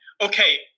okay